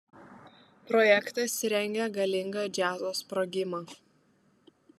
projektas rengia galingą džiazo sprogimą